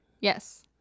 Yes